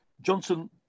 Johnson